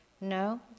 No